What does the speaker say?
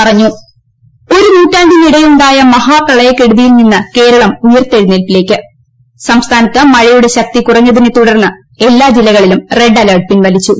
ടടടടടടടടടടട കേരളം മഴ ഇൻഡ്രോ ഒരു നൂറ്റാണ്ടിനിടെയുണ്ടായ മഹാപ്രള്ളിയുക്കെടുതിയിൽ നിന്ന് കേരളം ഉയർത്തെഴുന്നേല്പിലേക്ക് സ്ംസ്ഥാനത്ത് മഴയുടെ ശക്തി കുറഞ്ഞതിനെ തുടർന്ന് പ്രിഎല്ലാ ജില്ലകളിലും റെഡ് അലർട്ട് പിൻവലിച്ചു